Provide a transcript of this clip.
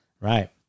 Right